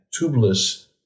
tubeless